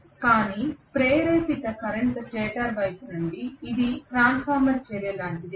కానీ ప్రేరేపిత current stator వైపు నుండి ఇది ట్రాన్స్ఫార్మర్ చర్య లాంటిది